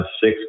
six